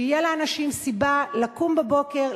שתהיה לאנשים סיבה לקום בבוקר,